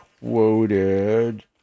quoted